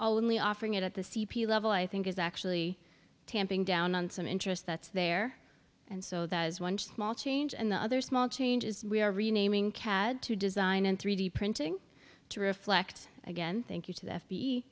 only offering it at the c p level i think is actually tamping down on some interest that's there and so that as one small change and the other small changes we are renaming cad to design and three d printing to reflect again thank you to the f b